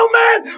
man